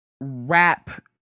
rap